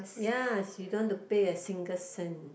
ya she don't want to pay a single cent